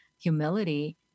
humility